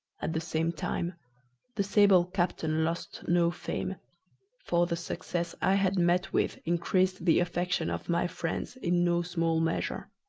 at the same time the sable captain lost no fame for the success i had met with increased the affection of my friends in no small measure.